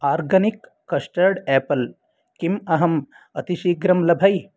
organic custard apple किम् अहम् अतिशीघ्रं लभै